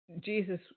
Jesus